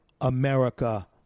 America